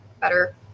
better